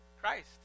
Christ